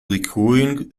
recurring